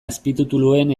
azpitituluen